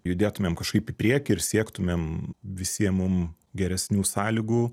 judėtumėm kažkaip į priekį ir siektumėm visiem mum geresnių sąlygų